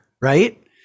right